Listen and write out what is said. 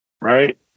right